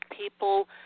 people